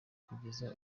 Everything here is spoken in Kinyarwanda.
kugeza